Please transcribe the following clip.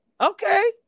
okay